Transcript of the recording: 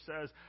says